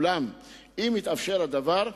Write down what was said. אולם אם יתאפשר הדבר,